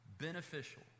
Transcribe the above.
Beneficial